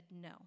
no